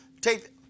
take